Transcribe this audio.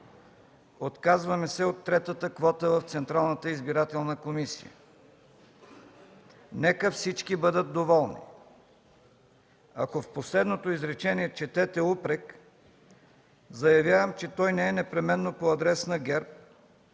Отказваме се от третата квота в Централната избирателна комисия. Нека всички бъдат доволни. Ако в последното изречение четете упрек, заявявам, че то не е непременно по адрес на ГЕРБ,